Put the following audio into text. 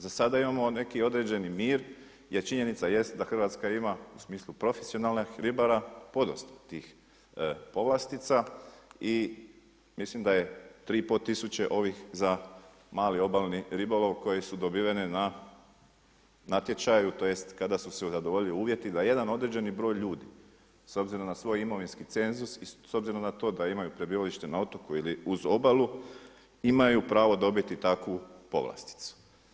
Za sada imamo neki određeni mir jer činjenica jest da Hrvatska ima u smislu profesionalnih ribara podosta tih povlastica i mislim da je 3,5 tisuće za mali obalni ribolov koje su dobivene na natječaju tj. kada su se zadovoljili uvjeti da jedan određeni broj ljudi s obzirom na svoj imovinski cenzus i s obzirom na to da imaju prebivalište na otoku ili uz obalu imaju pravo dobiti takvu povlasticu.